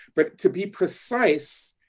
but to be precise,